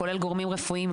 כולל גורמים רפואיים,